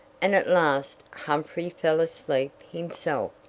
and at last humphrey fell asleep himself,